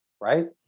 right